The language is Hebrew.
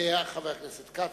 חבר הכנסת כצל'ה,